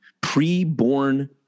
pre-born